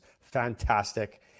fantastic